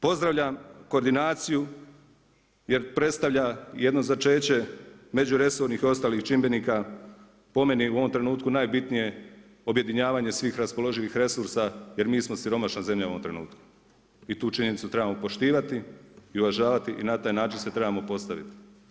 Pozdravljam koordinaciju jer predstavlja jedno začeće međuresornim i ostalih čimbenika po meni u ovom trenutku najbitnije, objedinjavanje svih raspoloživih resursa jer mi smo siromašna zemlja u ovom trenutku i tu činjenicu trebamo poštivati i uvažavati i na taj način ste trebamo postaviti.